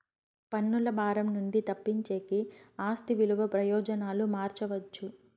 పన్నుల భారం నుండి తప్పించేకి ఆస్తి విలువ ప్రయోజనాలు మార్చవచ్చు